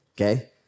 okay